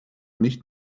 nicht